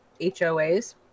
HOAs